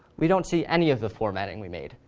we don't see any of the formatting we made.